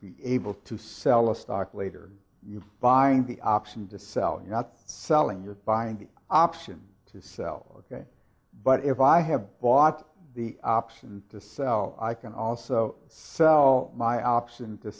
be able to sell a stock later you're buying the option to sell you're not selling you're buying the option to sell but if i have bought the option to sell i can also sell my option to